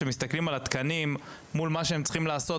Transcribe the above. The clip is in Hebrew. כשמסתכלים על התקנים מול מה שהם צריכים לעשות,